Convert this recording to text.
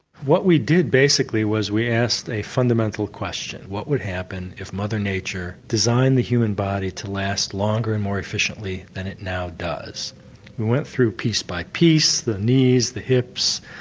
what we did basically was we asked a fundamental question what would happen if mother nature designed the human body to last longer and more efficiently than it now does? we went through piece by piece, the knees, the hips,